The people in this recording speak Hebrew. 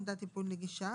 עמדת טיפול נגישה),